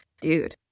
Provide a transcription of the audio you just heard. Dude